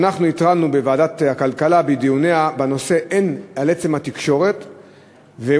שאנחנו התרענו בוועדת הכלכלה בדיוניה בנושא הן על עצם ההתקשרות אתה,